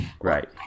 right